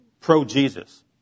pro-Jesus